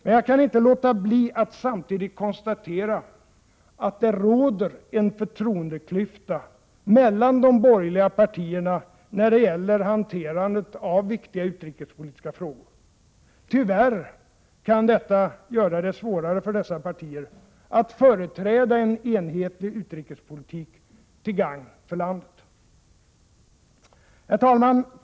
Men jag kan inte låta bli att samtidigt konstatera att det råder en förtroendeklyfta mellan de borgerliga partierna när det gäller hanterandet av viktiga utrikespolitiska frågor. Tyvärr kan detta göra det svårare för dessa partier att företräda en enhetlig utrikespolitik till gagn för landet. Herr talman!